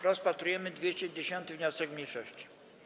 Rozpatrujemy 210. wniosek mniejszości.